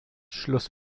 schluss